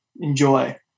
Enjoy